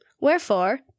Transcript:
Wherefore